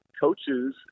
coaches